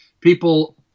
people